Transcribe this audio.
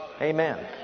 amen